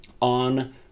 on